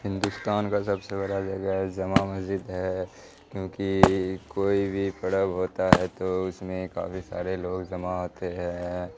ہندوستان کا سب سے بڑا جگہ ہے جامع مسجد ہے کیونکہ کوئی بھی پرو ہوتا ہے تو اس میں کافی سارے لوگ جمع ہوتے ہیں